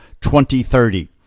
2030